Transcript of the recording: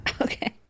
okay